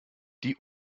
die